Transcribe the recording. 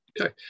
Okay